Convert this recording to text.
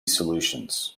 solutions